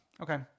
Okay